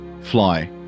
fly